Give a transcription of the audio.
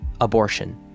abortion